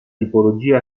tipologia